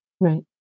Right